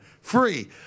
free